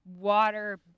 water